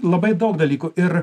labai daug dalykų ir